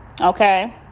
Okay